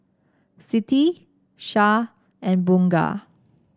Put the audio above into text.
Siti Shah and Bunga